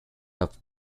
have